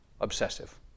obsessive